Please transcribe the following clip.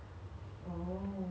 she never used in like may